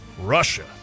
Russia